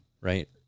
right